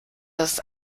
das